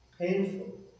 painful